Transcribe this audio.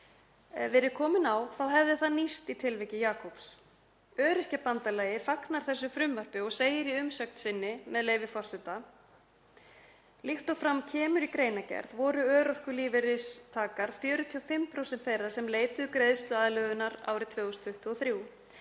verið komin á hefði það nýst í tilviki Jakubs. Öryrkjabandalagið fagnar þessu frumvarpi og segir í umsögn sinni, með leyfi forseta: „Líkt og fram kemur í greinagerð voru örorkulífeyristakar 45% þeirra sem leituðu greiðsluaðlögunar árið 2023.